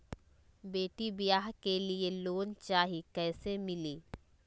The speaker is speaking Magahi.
बेटी ब्याह के लिए लोन चाही, कैसे मिली?